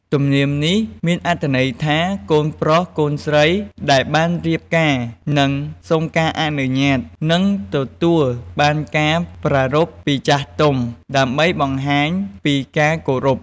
ទំនៀមនេះមានអត្ថន័យថា កូនប្រុសកូនស្រីដែលបានរៀបការនឹងសូមការអនុញ្ញាត និងទទួលបានការប្រារព្ធពីចាស់ទុំ ដើម្បីបង្ហាញពីការគោរព។